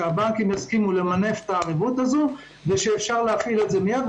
שהבנקים יסכימו למנף את הערבות הזאת ושאפשר להפעיל את זה מיד.